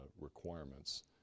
requirements